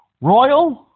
Royal